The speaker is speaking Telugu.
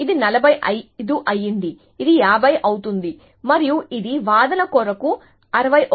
ఇది 45 అయ్యింది ఇది 50 అవుతుంది మరియు ఇది వాదనల కొరకు 61 అవుతుంది